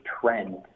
trend